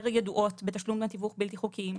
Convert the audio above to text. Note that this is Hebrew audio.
ידועות בתשלום דמי תיווך בלתי חוקיים,